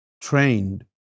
trained